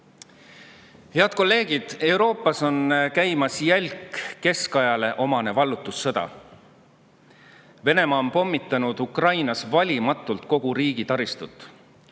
kolleegid! Euroopas on käimas jälk, keskajale omane vallutussõda. Venemaa on pommitanud Ukrainas valimatult kogu riigi taristut.